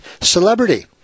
celebrity